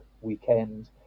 weekend